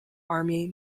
army